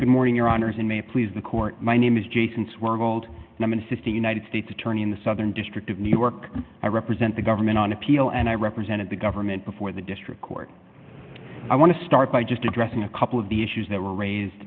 good morning your honour's and may it please the court my name is jason swirled and i'm insisting united states attorney in the southern district of new york i represent the government on appeal and i represented the government before the district court i want to start by just addressing a couple of the issues that were raised